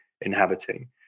inhabiting